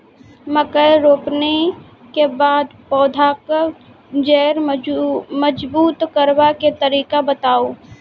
मकय रोपनी के बाद पौधाक जैर मजबूत करबा के तरीका बताऊ?